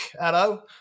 Hello